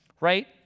right